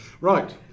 Right